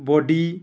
body